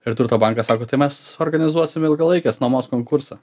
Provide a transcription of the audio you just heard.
ir turto bankas sako tai mes organizuosim ilgalaikės nuomos konkursą